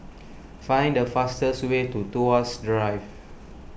find the fastest way to Tuas West Drive